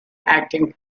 acting